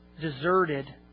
deserted